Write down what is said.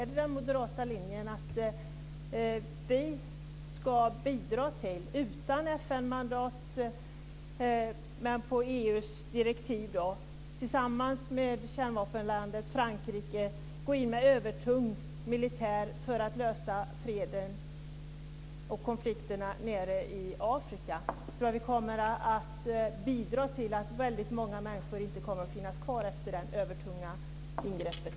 Är det den moderata linjen att vi, utan FN-mandat, men på EU:s direktiv, tillsammans med kärnvapenlandet Frankrike ska bidra till att övertung militär går in för att lösa konflikterna och få fred i Afrika? Jag tror att vi kommer att bidra till att väldigt många människor inte kommer att finnas kvar efter det övertunga ingreppet.